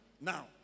now